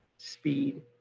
speed.